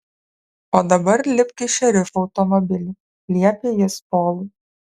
o dabar lipk į šerifo automobilį liepė jis polui